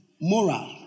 moral